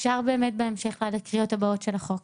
אפשר בהמשך עד הקריאות הבאות של החוק.